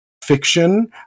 Fiction